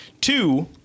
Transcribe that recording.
Two